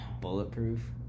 bulletproof